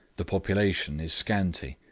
the population is scanty,